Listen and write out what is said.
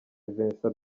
vincent